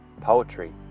poetry